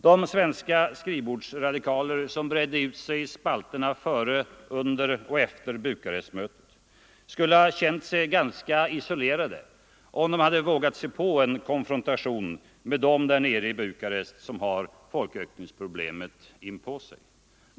De svenska skrivbordsradikaler som bredde ut sig i spalterna före, under och efter Bukarestmötet skulle ha känt sig ganska isolerade om de vågat sig på en konfrontation med dem där nere i Bukarest som har folkökningsproblemet inpå sig.